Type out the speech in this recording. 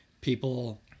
people